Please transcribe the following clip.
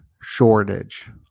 shortage